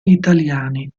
italiani